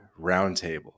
Roundtable